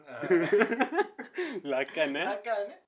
lah kan eh